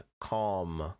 calm